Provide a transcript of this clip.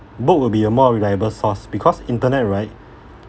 book will be a more reliable source because internet right